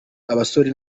abasore